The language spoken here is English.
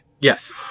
Yes